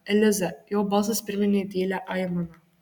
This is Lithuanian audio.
eliza jo balsas priminė tylią aimaną